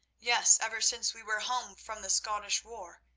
yes, ever since we were home from the scottish war,